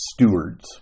stewards